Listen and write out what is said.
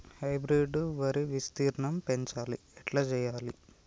Hybrid వరి విస్తీర్ణం పెంచాలి ఎట్ల చెయ్యాలి?